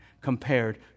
compared